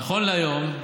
נכון להיום,